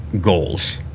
goals